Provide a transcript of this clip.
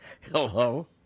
Hello